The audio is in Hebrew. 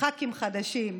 ח"כים חדשים,